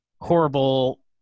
horrible